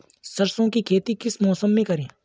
सरसों की खेती किस मौसम में करें?